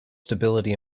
stability